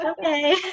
Okay